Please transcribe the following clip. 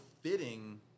fitting